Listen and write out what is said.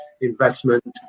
investment